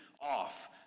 off